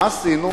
מה עשינו?